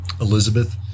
Elizabeth